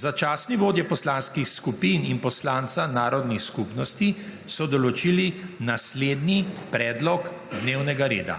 Začasni vodje poslanskih skupin in poslanca narodnih skupnosti so določili naslednji predlog dnevnega reda: